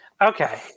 Okay